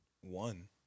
One